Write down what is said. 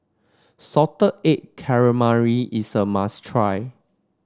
Salted Egg Calamari is a must try